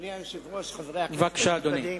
אדוני היושב-ראש, חברי הכנסת הנכבדים,